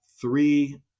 three